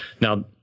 now